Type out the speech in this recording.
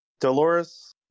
Dolores